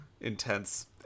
intense